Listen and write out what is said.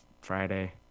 Friday